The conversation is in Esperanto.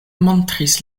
montris